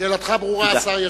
שאלתך ברורה, והשר ישיב.